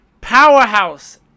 Powerhouse